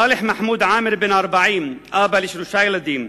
צאלח מחמוד עאמר, בן 40, אבא לשלושה ילדים,